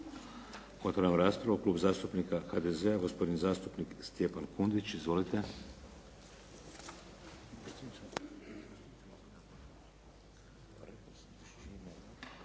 Otvaram raspravu. Klub zastupnika HDZ-a, gospodin zastupnik Stjepan Kundić. Izvolite.